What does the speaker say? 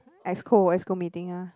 ice cold ice cold meeting lah